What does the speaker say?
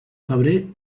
febrer